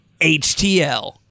HTL